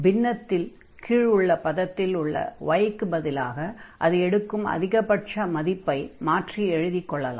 பின்னத்தின் கீழ் உள்ள பதத்தில் உள்ள y க்குப் பதிலாக அது எடுக்கும் அதிகபட்ச மதிப்பை மாற்றி எழுதிக் கொள்ளலாம்